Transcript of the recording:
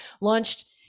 launched